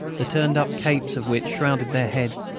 the turned-up capes of which shrouded their heads,